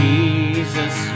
Jesus